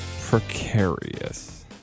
precarious